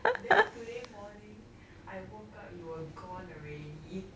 then today morning I woke up you were gone already